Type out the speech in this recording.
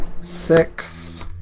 six